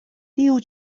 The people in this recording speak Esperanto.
tiu